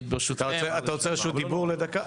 אתה רוצה רשות דיבור לדקה?